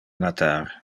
natar